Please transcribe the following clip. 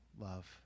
love